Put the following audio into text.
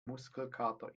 muskelkater